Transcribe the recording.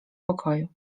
pokoju